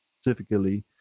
specifically